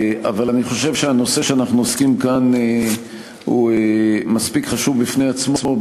אבל אני חושב שהנושא שאנחנו עוסקים בו כאן חשוב מספיק בפני עצמו,